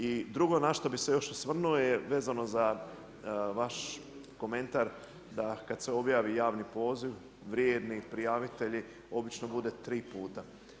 I drugo na što bi se još osvrnuo je vezano za vaš komentar da kada se objavi javni poziv, vrijedni prijavitelji obično bude tri puta.